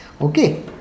Okay